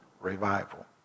revival